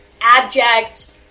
abject